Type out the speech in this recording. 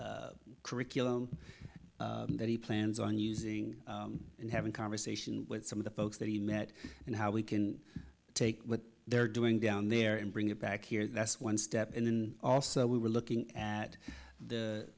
the curriculum that he plans on using and have a conversation with some of the folks that he met and how we can take what they're doing down there and bring it back here that's one step and then also we were looking at the